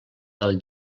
del